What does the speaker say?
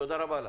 תודה רבה לך.